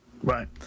Right